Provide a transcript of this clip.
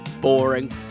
boring